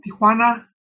Tijuana